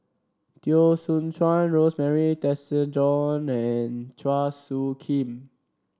Teo Soon Chuan Rosemary Tessensohn and Chua Soo Khim